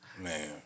Man